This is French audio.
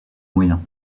moyens